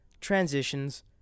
transitions